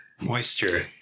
moisture